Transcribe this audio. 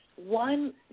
One